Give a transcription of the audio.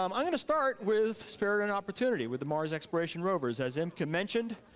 um i'm gonna start with spirit and opportunity, with the mars exploration rovers, as imka mentioned,